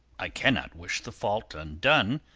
i cannot wish the fault undone,